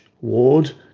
ward